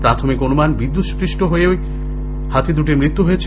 প্রাথমিক অনুমান বিদ্যুৎস্পৃষ্ট হয়েই হাতি দুটির মৃত্যু হয়েছে